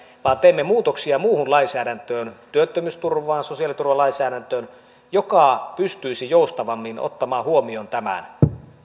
vaan teemme muutoksia muuhun lainsäädäntöön työttömyysturva sosiaaliturvalainsäädäntöön jotta se pystyisi joustavammin ottamaan huomioon tämän